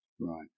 Right